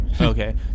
Okay